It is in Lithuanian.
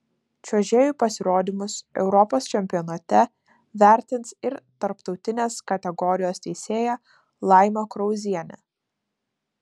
čiuožėjų pasirodymus europos čempionate vertins ir tarptautinės kategorijos teisėja laima krauzienė